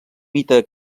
mite